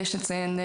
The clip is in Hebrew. יש לציין,